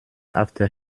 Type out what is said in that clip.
after